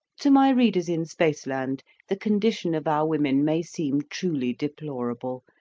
to my readers in spaceland the condition of our women may seem truly deplorable,